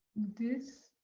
this.